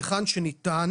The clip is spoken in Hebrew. היכן שניתן